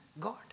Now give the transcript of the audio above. God